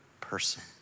person